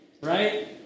right